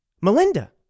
Melinda